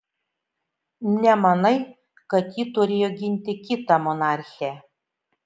nemanai kad ji turėjo ginti kitą monarchę